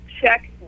check